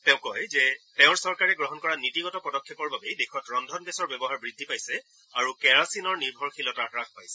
তেওঁ কয় যে তেওঁৰ চৰকাৰে গ্ৰহণ কৰা নীতিগত পদক্ষেপৰ বাবেই দেশত ৰন্ধন গেছৰ ব্যৱহাৰ বৃদ্ধি পাইছে আৰু কেৰাচিনৰ নিৰ্ভৰশীলতা হাস পাইছে